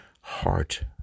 heart